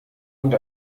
und